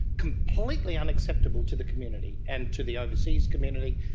completely unacceptable to the community and to the overseas community.